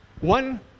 one